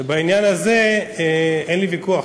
ובעניין הזה אין לי ויכוח,